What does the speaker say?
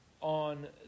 on